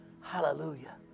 Hallelujah